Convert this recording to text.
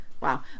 Wow